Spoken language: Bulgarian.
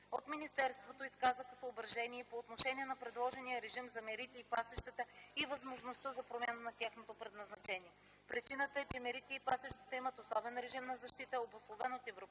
От министерството изказаха съображение и по отношение на предложения режим за мерите и пасищата и възможността за промяна на тяхното предназначение. Причината е, че мерите и пасищата имат особен режим на защита, обусловен от европейското